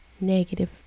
Negative